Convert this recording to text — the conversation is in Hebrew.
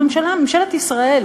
ממשלת ישראל,